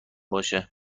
باشه